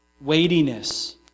Weightiness